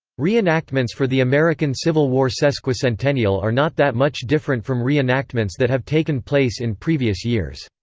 reenactments for the american civil war sesquicentennial are not that much different from reenactments that have taken place in previous years.